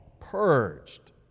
purged